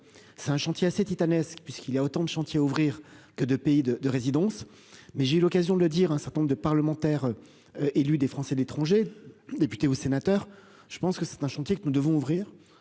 C'est un chantier assez titanesque puisqu'il y a autant de chantiers à ouvrir que de pays de résidence. Mais j'ai eu l'occasion de le dire un certain nombre de parlementaires. Élus des Français de l'étranger, député ou sénateur, je pense que c'est un chantier que nous devons ouvrir.